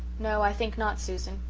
no, i think not, susan.